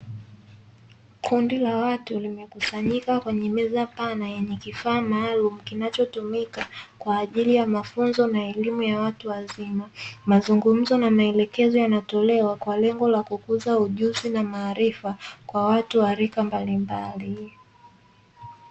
Kundi la watu limekusanyika kwenye meza pana yenye kifaa maalumu kinachotumika kwaajili ya mafunzo na elimu ya watu wazima. Mazungumzo na maelezo yanatolewa kwa lengo la kukuza ujuzi na maarifa kwa watu wa rika mbalimbali.